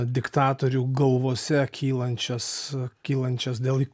diktatorių galvose kylančias kylančias dėl